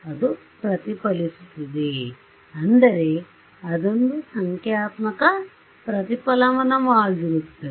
ಅದು ಪ್ರತಿಫಲಿಸುತ್ತದೆ ಅಂದರೆ ಅದೊಂದು ಸಂಖ್ಯಾತ್ಮಕ ಪ್ರತಿಫಲನವಾಗಿರುತ್ತದೆ